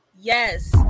yes